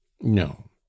no